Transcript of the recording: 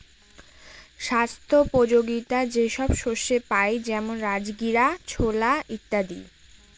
স্বাস্থ্যোপযোগীতা যে সব শস্যে পাই যেমন রাজগীরা, ছোলা ইত্যাদি